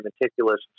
meticulous